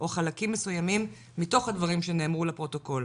או חלקים מסוימים מתוך הדברים שנאמרו לפרוטוקול,